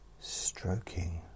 stroking